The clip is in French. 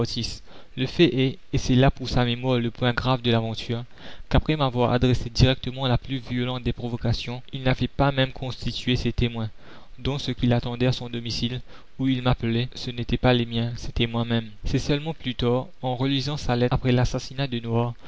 le fait est et c'est là pour sa mémoire le point grave de l'aventure qu'après m'avoir adressé directement la plus violente des provocations il n'avait pas même constitué ses témoins donc ce qu'il attendait à son domicile où il m'appelait ce n'étaient pas les miens c'était moi-même c'est seulement plus tard en relisant sa lettre après l'assassinat de noir